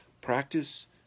Practice